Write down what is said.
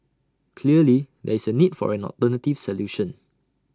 clearly there is A need for an alternative solution